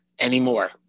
anymore